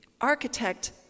architect